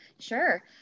Sure